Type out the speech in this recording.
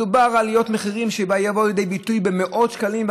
מדובר על עליות מחירים שיבואו לידי ביטוי במאות שקלים,